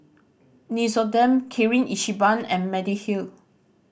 Nixoderm Kirin Ichiban and Mediheal